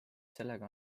sellega